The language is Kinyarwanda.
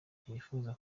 ntiyifuza